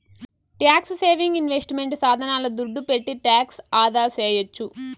tax saving investment సాధనాల దుడ్డు పెట్టి టాక్స్ ఆదాసేయొచ్చు